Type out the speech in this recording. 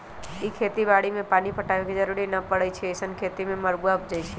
इ खेती बाड़ी में पानी पटाबे के जरूरी न परै छइ अइसँन खेती में मरुआ उपजै छइ